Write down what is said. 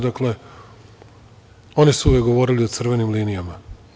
Dakle, oni su uvek govorili o crvenim linijama.